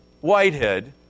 Whitehead